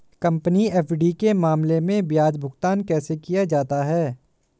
Company FD के मामले में ब्याज भुगतान कैसे किया जाता है?